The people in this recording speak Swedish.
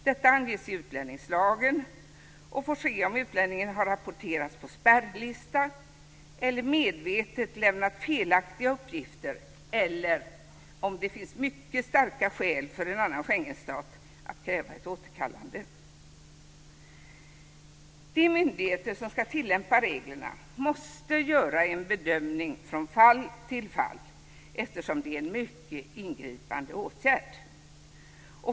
Detta anges i utlänningslagen och får ske om utlänningen har rapporterats på spärrlista eller medvetet lämnat felaktiga uppgifter eller om det finns mycket starka skäl för en annan Schengenstat att kräva ett återkallande. De myndigheter som ska tillämpa reglerna måste göra en bedömning från fall till fall eftersom det är en mycket ingripande åtgärd.